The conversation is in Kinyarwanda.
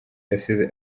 yasize